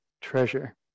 treasure